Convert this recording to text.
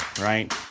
right